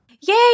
Yay